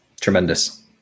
Tremendous